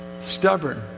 stubborn